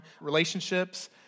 relationships